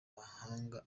mahanga